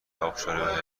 آبشار